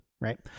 right